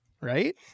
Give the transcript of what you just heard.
right